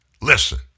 listen